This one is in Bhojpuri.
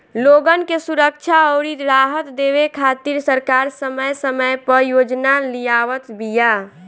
लोगन के सुरक्षा अउरी राहत देवे खातिर सरकार समय समय पअ योजना लियावत बिया